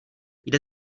jde